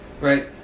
Right